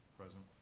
present.